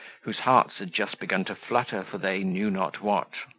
whose hearts had just begun to flutter for they knew not what.